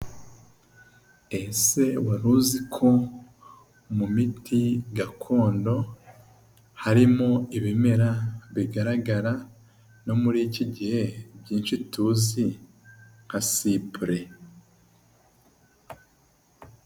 Ese wari uzi ko mu miti gakondo, harimo ibimera bigaragara no muri iki gihe byinshi tuzi nka sipure.